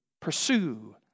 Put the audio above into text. pursue